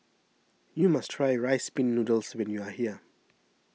you must try Rice Pin Noodles when you are here